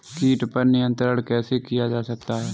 कीट पर नियंत्रण कैसे किया जा सकता है?